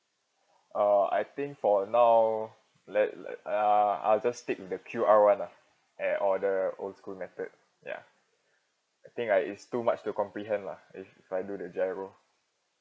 oh I think for now let le~ uh I'll just stick with the Q_R [one] ah and or the old school method ya I think I it's too much to comprehend lah if I do the giro